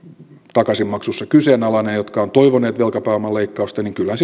takaisinmaksussa kyseenalainen jotka ovat toivoneet velkapääoman leikkausta niin kyllähän